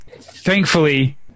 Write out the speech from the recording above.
thankfully